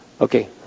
Okay